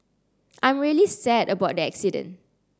I'm really sad about the accident